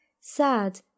sad